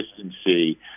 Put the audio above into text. consistency